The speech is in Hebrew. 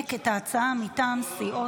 לנמק את ההצעה מטעם סיעות,